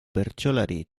bertsolari